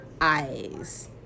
eyes